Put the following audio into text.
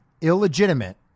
illegitimate